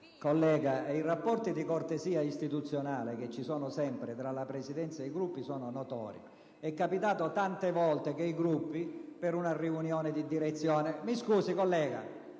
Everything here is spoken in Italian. Collega, i rapporti di cortesia istituzionale, che ci sono sempre tra la Presidenza e i Gruppi, sono notori: è accaduto tante volte che i Gruppi, per una riunione di direzione... GIAMBRONE *(IdV)*.